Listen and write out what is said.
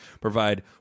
provide